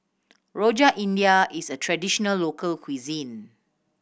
Rojak India is a traditional local cuisine